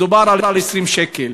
מדובר על 20 שקל.